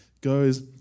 Goes